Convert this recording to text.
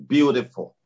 Beautiful